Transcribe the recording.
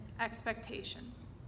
expectations